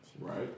Right